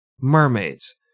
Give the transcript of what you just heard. mermaids